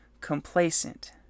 complacent